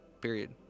Period